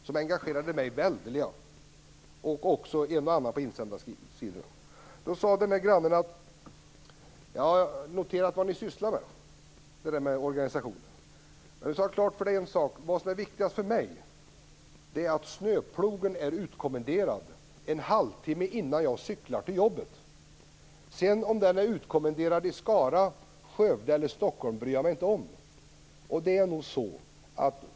Det engagerade mig och en och annan på insändarsidorna väldeliga. Min granne sade att han hade noterat att vi sysslade med omorganisationen: "Du skall ha en sak klart för dig. Vad som är viktigast för mig är att snöplogen är utkommenderad en halvtimme innan jag cyklar till jobbet. Om den är utkommenderad i Skara, Skövde eller Stockholm bryr jag mig inte om."